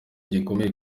gikomeye